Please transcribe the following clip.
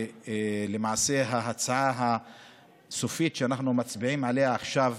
למעשה, ההצעה הסופית שאנחנו מצביעים עליה עכשיו,